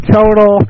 total